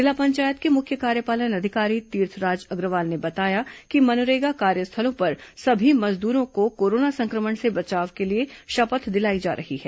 जिला पंचायत के मुख्य कार्यपालन अधिकारी तीर्थराज अग्रवाल ने बताया कि मनरेगा कार्यस्थलों पर सभी मजदूरों को कोरोना संक्रमण से बचाव के लिए शपथ दिलाई जा रही है